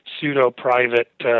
pseudo-private